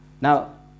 Now